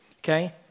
okay